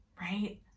right